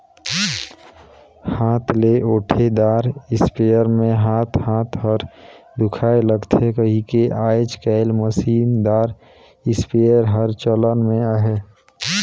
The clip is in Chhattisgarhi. हाथ ले ओटे दार इस्पेयर मे हाथ हाथ हर दुखाए लगथे कहिके आएज काएल मसीन दार इस्पेयर हर चलन मे अहे